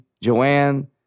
Joanne